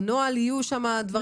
בנוהל יהיו דברים.